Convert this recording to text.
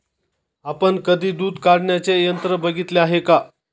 आपण कधी दूध काढण्याचे यंत्र बघितले आहे का?